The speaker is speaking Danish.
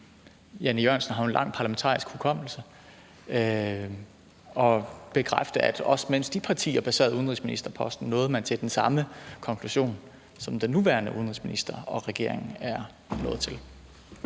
Jan E. Jørgensen har jo en lang parlamentarisk hukommelse – at få bekræftet, at også mens de partier besad udenrigsministerposten, nåede man til den samme konklusion, som den nuværende udenrigsminister og regeringen er nået til.